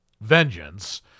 vengeance